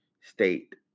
state